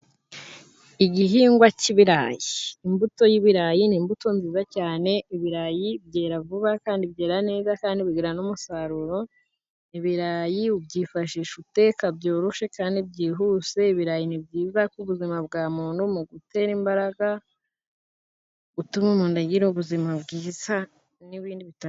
Igihingwa cy'ibirayi imbuto y'ibirayi ni imbuto nziza cyane, ibirayi byera vuba kandi byera neza kandi bigira n'umusaruro, ibirayi ubyifashisha uteka byoroshe kandi byihuse, ibirayi ni byiza ku buzima bwa muntu mu gutera imbaraga, gutuma umundu agira ubuzima bwiza n'ibindi bitandukanye.